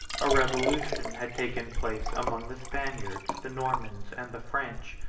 a revolution had taken place among the spaniards, the normans, and the french,